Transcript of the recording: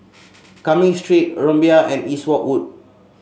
Cumming Street Rumbia and Eastwood Walk